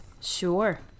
Sure